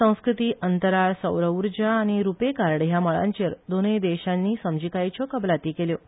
संस्कृती अंतराळ सौरउर्जा आनी रुपेकार्ड ह्या मळांचेर दोनूय देशानी समजीकायेच्यो कबलाती केल्यो